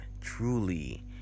truly